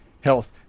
health